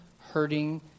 hurting